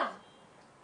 רשומה במשרד הפנים